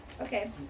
Okay